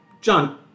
John